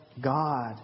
God